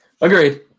Agreed